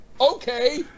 okay